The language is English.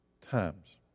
times